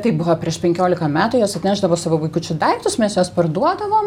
tai buvo prieš penkiolika metų jos atnešdavo savo vaikučių daiktus mes juos parduodavom